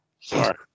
Sorry